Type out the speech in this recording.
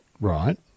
Right